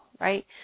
right